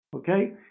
Okay